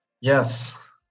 Yes